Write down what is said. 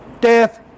Death